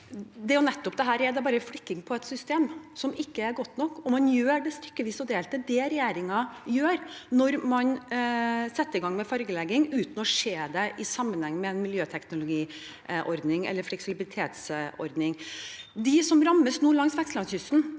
det er bare flikking på et system som ikke er godt nok, og man gjør det stykkevis og delt. Det er det regjeringen gjør når man setter i gang med fargelegging uten å se det i sammenheng med en miljøteknologiordning eller fleksibilitetsordning. For dem som nå rammes langs vestlandskysten,